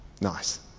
nice